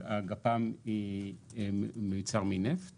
הגפ"מ מיוצר מנפט